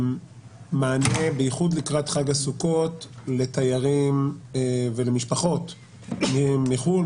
מענה בייחוד לקראת חג הסוכות לתיירים ולמשפחות מחו"ל,